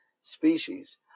species